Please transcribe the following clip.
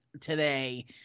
today